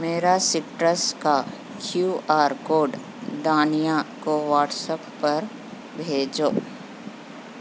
میرا سٹرس کا Q R code Daniya کو واٹس اپ پر بھیجو